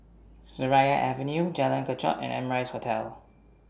Seraya Avenue Jalan Kechot and Amrise Hotel